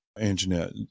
Anjanette